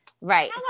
Right